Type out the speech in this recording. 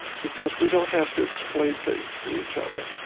because we don't have to explain things to each other.